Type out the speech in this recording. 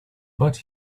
but